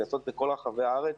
אלא בכל רחבי הארץ.